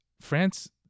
France